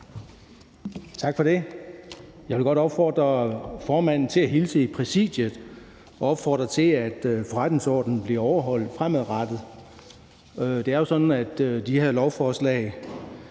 Tak for det. Jeg vil godt opfordre formanden til at hilse i Præsidiet og opfordre til, at forretningsordenen bliver overholdt fremadrettet. Det er jo sådan med de her lovforslag: